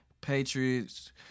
Patriots